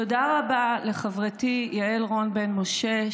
תודה רבה לחברתי יעל רון בן משה,